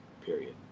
period